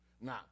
Now